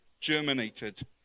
germinated